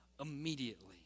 immediately